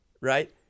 right